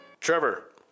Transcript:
Trevor